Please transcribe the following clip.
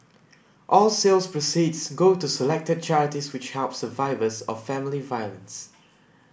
all sales proceeds go to selected charities which help survivors of family violence